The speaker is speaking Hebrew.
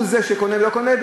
הוא זה שקונה ולא קונה.